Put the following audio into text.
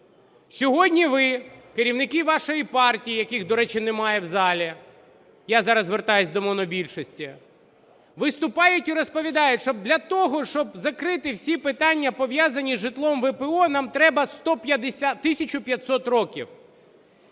Сьогодні ви, керівники вашої партії, яких, до речі, немає в залі, я зараз звертаюся до монобільшості, виступають і розповідають, що для того, щоб закрити всі питання, пов'язані з житлом ВПО, нам треба 1500 років.